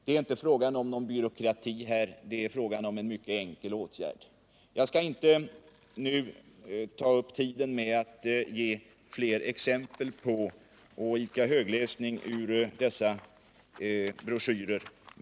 Det är inte fråga om någon byråkrati — det är fråga om en mycket enkel åtgärd. Jag skall nu inte ta upp tiden med att ge fler exempel genom att idka högläsning ur broschyrerna.